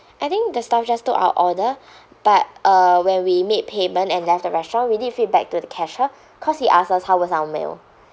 I think the staff just took our order but uh when we made payment and left the restaurant we did feedback to the cashier cause he asked us how was our meal